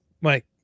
mike